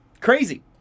Crazy